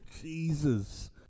Jesus